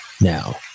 Now